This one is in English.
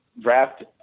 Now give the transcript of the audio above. draft